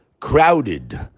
crowded